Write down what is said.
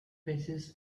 paces